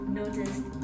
noticed